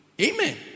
Amen